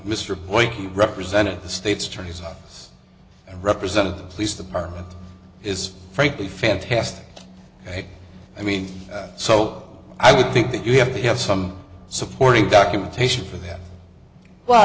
boycie represented the state's attorney's office representing the police department is frankly fantastic i mean so i would think that you have to have some supporting documentation